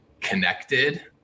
connected